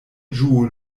ĝuu